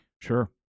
sure